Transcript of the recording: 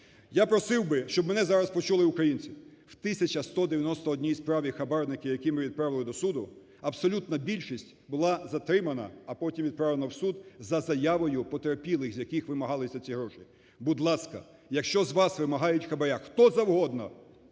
Я просив би, щоб мене зараз почули українці. В 1 тисячі 191 справі хабарників, які ми відправили до суду, абсолютна більшість була затримана, а потім відправлена в суд за заявою потерпілих, з яких вимагалися ці гроші. Будь ласка, якщо з вас вимагають хабара хто завгодно,